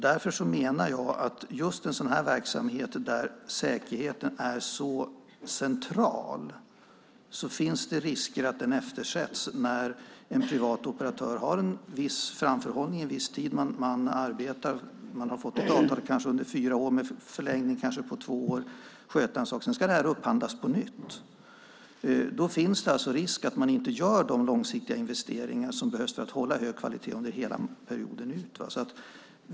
Därför menar jag att just en sådan verksamhet där säkerheten är så central finns det risk för att den eftersätts när en privat operatör har bara en viss framförhållning och en viss tid som man arbetar. Man har ett avtal som kanske gäller fyra år med en förlängning på kanske två år för att sköta en sak. Sedan ska detta upphandlas på nytt. Då finns det alltså risk att man inte gör de långsiktiga investeringar som behövs för att hålla hög kvalitet under hela perioden.